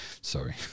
Sorry